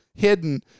hidden